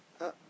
uh